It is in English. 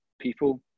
people